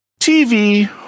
TV